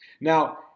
Now